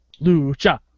Lucha